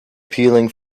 peeling